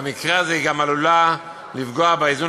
במקרה הזה היא גם עלולה לפגוע באיזון